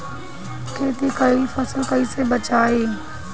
खेती कईल फसल कैसे बचाई?